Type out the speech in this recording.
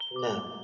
No